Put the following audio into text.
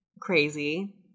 Crazy